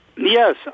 Yes